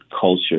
culture